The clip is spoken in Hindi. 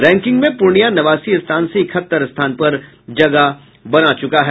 रैंकिंग में पूर्णिया नवासी स्थान से इकहत्तर स्थान पर जगह बनायी है